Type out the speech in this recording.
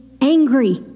angry